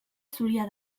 zuria